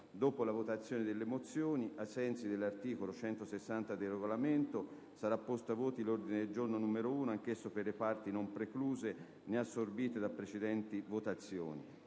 Dopo la votazione delle mozioni, ai sensi dell'articolo 160 del Regolamento sarà posto ai voti l'ordine del giorno G1, anch'esso per le parti non precluse né assorbite da precedenti votazioni.